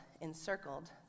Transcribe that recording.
encircled